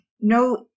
no